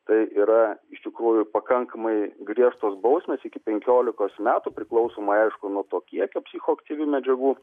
tai yra iš tikrųjų pakankamai griežtos bausmės iki penkiolikos metų priklausomai aišku nuo to kiekio psichoaktyvių medžiagų